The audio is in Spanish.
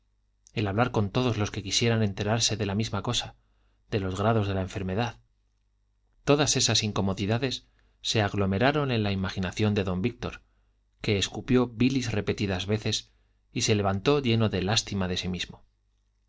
el hablar con todos los que quisieran enterarse de la misma cosa de los grados de la enfermedad todas estas incomodidades se aglomeraron en la imaginación de don víctor que escupió bilis repetidas veces y se levantó lleno de lástima de sí mismo